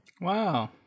Wow